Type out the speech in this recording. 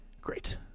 great